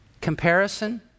Comparison